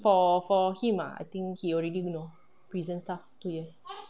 for for him ah I think he already know prison staff two years